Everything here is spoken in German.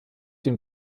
den